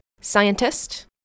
scientist